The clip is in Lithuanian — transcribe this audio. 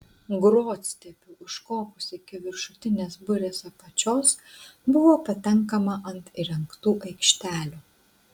grotstiebiu užkopus iki viršutinės burės apačios buvo patenkama ant įrengtų aikštelių